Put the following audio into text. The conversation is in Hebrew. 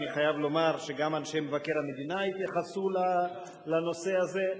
אני חייב לומר שגם אנשי מבקר המדינה התייחסו לנושא הזה.